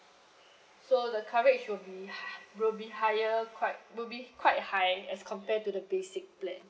so the coverage will be h~ will be higher quite will be quite high as compared to the basic plan